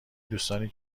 دوستانی